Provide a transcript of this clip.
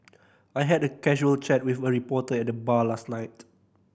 I had a casual chat with a reporter at the bar last night